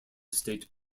state